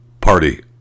party